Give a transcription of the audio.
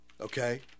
okay